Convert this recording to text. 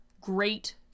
Great